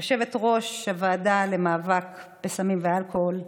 יושבת-ראש הוועדה למאבק בסמים ואלכוהול.